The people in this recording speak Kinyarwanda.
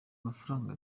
mafaranga